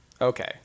Okay